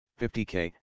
50k